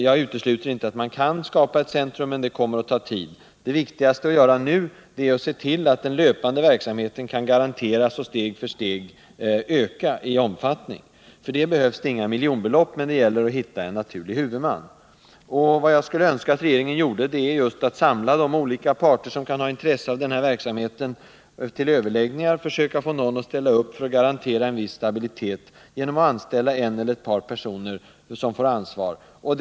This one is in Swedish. Jag utesluter inte att man kan skapa ett sådant centrum, men det kommer att ta tid. Det viktigaste att göra nu, är att se till att den löpande verksamheten kan garanteras och steg för steg öka i omfattning. För det behövs det inga mångmiljonbelopp, men det gäller att hitta en huvudman. Vad jag skulle önska att regeringen ville göra är att samla de olika parter som kan ha intresse av den här verksamheten till överläggningar, försöka få någon att ställa upp för att garantera en viss stabilitet genom att anställa en eller ett par personer som får ansvar för planering och administration.